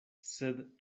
sed